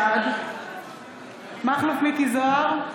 בעד מכלוף מיקי זוהר,